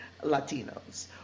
Latinos